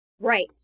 Right